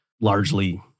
largely